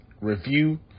review